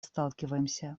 сталкиваемся